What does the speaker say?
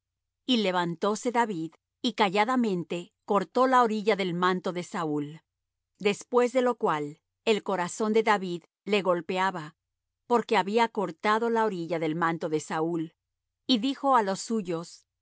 y levantóse david y calladamente cortó la orilla del manto de saúl después de lo cual el corazón de david le golpeaba porque había cortado la orilla del manto de saúl y dijo á los suyos